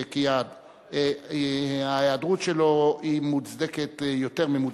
כי ההיעדרות שלו היא מוצדקת ויותר ממוצדקת.